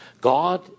God